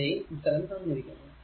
അതിന്റെയും ഉത്തരം തന്നിരിക്കുന്നു